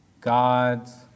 God's